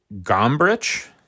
Gombrich